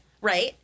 right